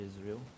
Israel